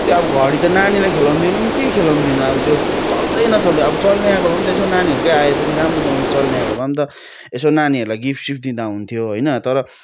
त्यो अब घडी त नानीलाई खेलाउनु दिनु के खेलाउनु दिनु अब त्यो चल्दै नचल्ने अब चल्ने आएको भए त यसो नानीहरूकै आए पनि राम्रोसँगले चल्ने आएको भए त यसो नानीहरूलाई गिफ्ट सिफ्ट दिँदा हुन्थ्यो होइन तर